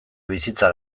bizitza